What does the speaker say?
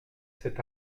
cet